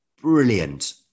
brilliant